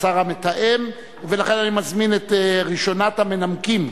אשר מתקיימת היום אחר-הצהריים.